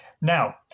Now